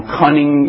cunning